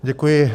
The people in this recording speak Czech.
Děkuji.